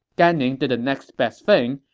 gan ning did the next best thing,